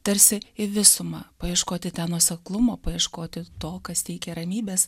tarsi į visumą paieškoti ten nuoseklumo paieškoti to kas teikia ramybės